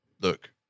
look